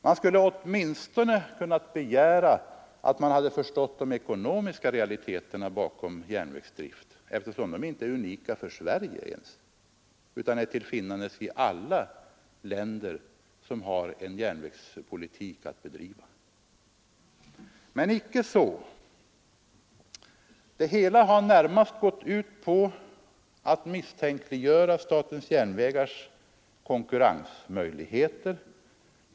Det hade åtminstone kunnat begäras att man hade förstått de ekonomiska realiteterna bakom järnvägsdrift, eftersom de inte är unika för Sverige utan är till finnandes i alla länder med vår järnvägsstruktur. Men icke så — det hela har närmast gått ut på att misstänkliggöra statens järnvägars konkurrensmöjligheter.